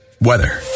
weather